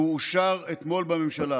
והוא אושר אתמול בממשלה.